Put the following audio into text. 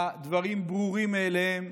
הדברים ברורים מאליהם,